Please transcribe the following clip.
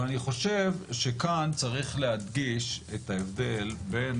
אבל אני חושב שכאן צריך להדגיש את ההבדל בין